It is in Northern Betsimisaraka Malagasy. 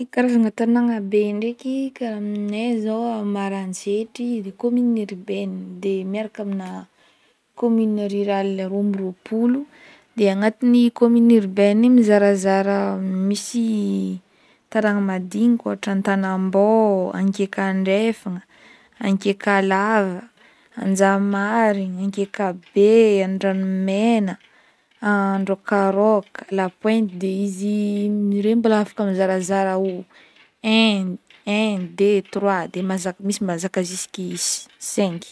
Karazagna tanagna be ndraiky kara amnay zo Maroantsetry de commune urbaine de miaraka amina commune rurale roa mby roapolo de agnaty komina urbaine io mizarazara misy tanagna madinika ohatra Antanambo Ankeka andrefagna Ankeka lava Anjamarigny Ankeka be Andranomena Androkaroka la pointe de izy regny mbola afaka mizarazara un-un deux trois de misy mazaka jisky cinq.